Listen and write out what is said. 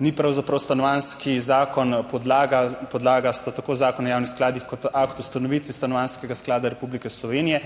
Ni pravzaprav stanovanjski zakon podlaga, podlaga sta tako Zakon o javnih skladih kot akt o ustanovitvi stanovanjskega sklada Republike Slovenije,